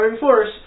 force